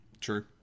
True